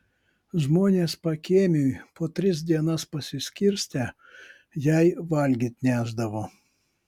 žmonės pakiemiui po tris dienas pasiskirstę jai valgyt nešdavo